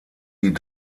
die